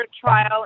trial